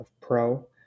Pro